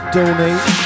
donate